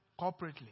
corporately